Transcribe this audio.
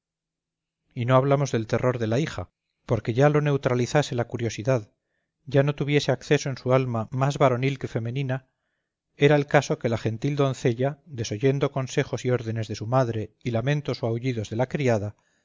y no hablamos del terror de la hija porque ya lo neutralizase la curiosidad ya no tuviese acceso en su alma más varonil que femenina era el caso que la gentil doncella desoyendo consejos y órdenes de su madre y lamentos o aullidos de la criada